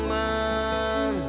man